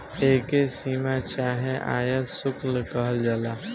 एके सीमा चाहे आयात शुल्क कहल जाला